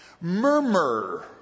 Murmur